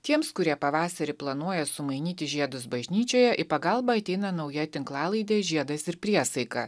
tiems kurie pavasarį planuoja sumainyti žiedus bažnyčioje į pagalbą ateina nauja tinklalaidė žiedas ir priesaika